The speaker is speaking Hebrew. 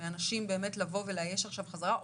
מאנשים לבוא ולאייש עכשיו חזרה,